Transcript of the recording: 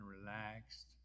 relaxed